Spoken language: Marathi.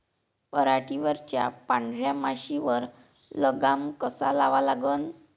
पराटीवरच्या पांढऱ्या माशीवर लगाम कसा लावा लागन?